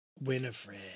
Winifred